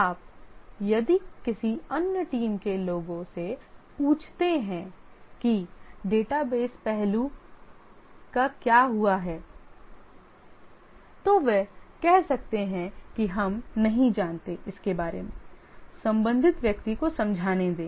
आप यदि किसी अन्य टीम के लोगों ससे पूछते हैं कि डेटाबेस पहलू का क्या हुआ है तो वे कह सकते हैं कि हम नहीं जानते इसके बारे में संबंधित व्यक्ति को समझाने दें